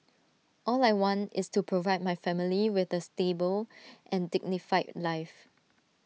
all I want is to provide my family with A stable and dignified life